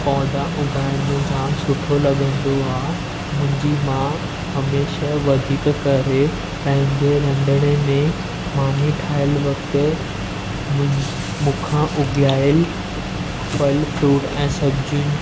पौधा उगाइण में जामु सुठो लॻंदो आहे मुंहिंजी माउ हमेशा वधीक करे पंहिंजे रंधिणे में मानी ठाहिणु वक़्तु मुंज मूंखां उगायल फल फ्रुट ऐं सब्जियुनि